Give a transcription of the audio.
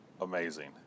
amazing